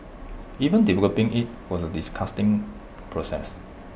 even developing IT was A disgusting process